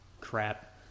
crap